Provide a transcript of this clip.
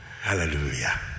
Hallelujah